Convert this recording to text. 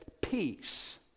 peace